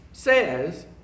says